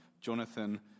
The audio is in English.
Jonathan